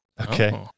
Okay